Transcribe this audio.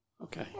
Okay